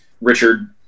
Richard